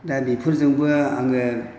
दा बेफोरजोंबो आङो